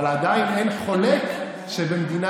אבל עדיין אין חולק שבמדינה